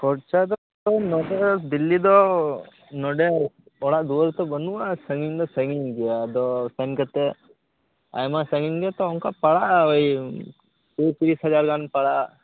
ᱠᱷᱚᱨᱪᱟ ᱫᱚ ᱱᱚᱸᱰᱮ ᱫᱤᱞᱞᱤ ᱫᱚ ᱱᱚᱸᱰᱮ ᱚᱲᱟᱜ ᱫᱩᱣᱟ ᱨ ᱛᱚ ᱵᱟ ᱱᱩᱜ ᱟ ᱥᱟᱺᱜᱤᱧ ᱫᱚ ᱥᱟᱺᱜᱤᱧ ᱜᱮᱭᱟ ᱟᱫᱚ ᱥᱮᱱ ᱠᱟᱛᱮᱜ ᱟᱭᱢᱟ ᱥᱟᱺᱜᱤᱧ ᱜᱮᱭᱟ ᱛᱚ ᱚᱱᱠᱟ ᱯᱟᱲᱟᱜ ᱟ ᱠᱩᱲᱤ ᱛᱤᱨᱤᱥ ᱦᱟᱡᱟᱨ ᱜᱟᱱ ᱯᱟᱲᱟᱜ ᱟ